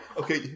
okay